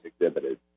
exhibited